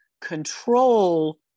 control